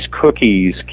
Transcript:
cookies